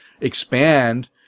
expand